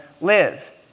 live